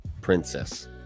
princess